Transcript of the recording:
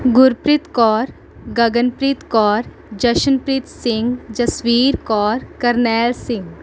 Gurpreet Kaur Gaganpreet Kaur Jashanpreet Singh Jasbir Kaur Karnail Singh